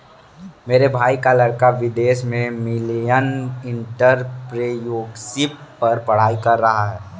मेरे भाई का लड़का विदेश में मिलेनियल एंटरप्रेन्योरशिप पर पढ़ाई कर रहा है